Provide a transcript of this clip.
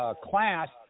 class